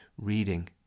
reading